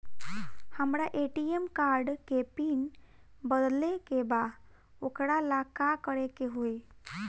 हमरा ATM card के pin बदले के बा वोकरा ला का करे के होई?